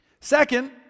Second